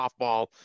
softball